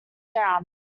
down